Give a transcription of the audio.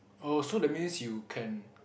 oh so that means you can